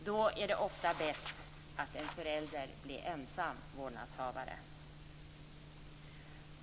Då är det ofta bäst att en förälder blir ensam vårdnadshavare.